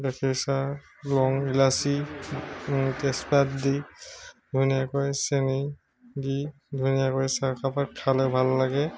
গাখীৰ চাহ লং ইলাচি তেজপাত দি ধুনীয়াকৈ চেনি দি ধুনীয়া কৰি চাহ কাপ খালে ভাল লাগে